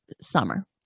summer